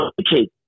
okay